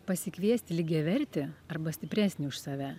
pasikviesti lygiavertį arba stipresnį už save